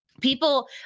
people